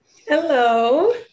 Hello